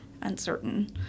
uncertain